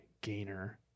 Gainer